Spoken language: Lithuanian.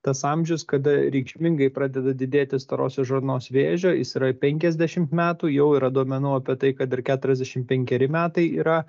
tas amžius kada reikšmingai pradeda didėti storosios žarnos vėžio jis yra penkiasdešimt metų jau yra duomenų apie tai kad ir keturiasdešimt penkeri metai yra